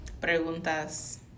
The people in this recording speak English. preguntas